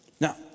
Now